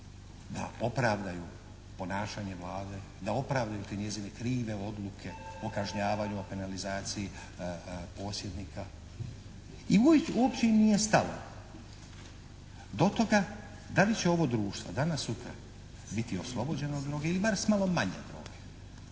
da opravdaju ponašanje Vlade, da … /Govornik se ne razumije./ te njezine krive odluke o kažnjavanju, o penalizaciji posjednika i uopće im nije stalo do toga da li će ovo društvo danas sutra biti oslobođeno od droge ili bar s malo manje droge.